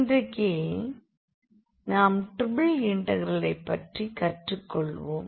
இன்றைக்கு நாம் ட்ரிபிள் இன்டெக்ரலை பற்றி கற்றுக்கொள்வோம்